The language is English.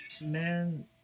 Man